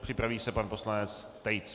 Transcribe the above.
Připraví se pan poslanec Tejc.